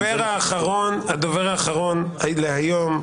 הדובר האחרון להיום,